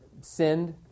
sinned